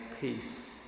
peace